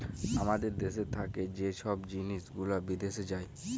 আমাদের দ্যাশ থ্যাকে যে ছব জিলিস গুলা বিদ্যাশে যায়